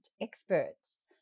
experts